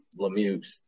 Lemieux